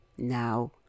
now